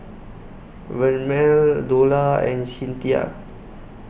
Vernelle Dola and Cinthia